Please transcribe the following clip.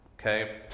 okay